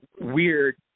weird